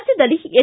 ರಾಜ್ಠದಲ್ಲಿ S